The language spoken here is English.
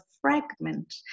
fragment